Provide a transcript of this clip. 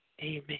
Amen